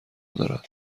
دارد